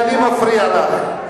מפריעה לך,